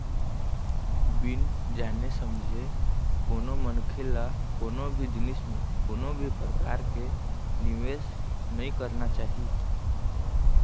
बिन जाने समझे कोनो मनखे ल कोनो भी जिनिस म कोनो भी परकार के निवेस नइ करना चाही